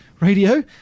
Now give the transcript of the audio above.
radio